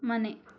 ಮನೆ